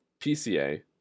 PCA